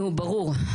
נו, ברור.